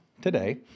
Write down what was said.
today